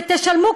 ותשלמו,